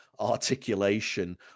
articulation